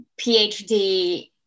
PhD